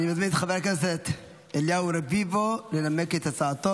אני מזמין את חבר הכנסת אליהו רביבו לנמק את הצעתו.